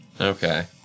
Okay